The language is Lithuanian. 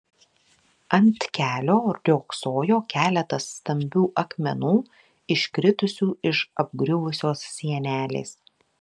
ant kelio riogsojo keletas stambių akmenų iškritusių iš apgriuvusios sienelės